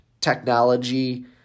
technology